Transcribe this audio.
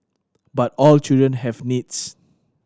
but all children have needs